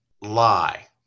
lie